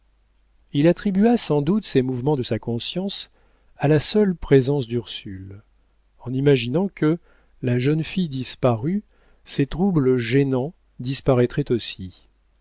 il attribua sans doute ces mouvements de sa conscience à la seule présence d'ursule en imaginant que la jeune fille disparue ces troubles gênants disparaîtraient aussi